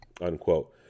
Unquote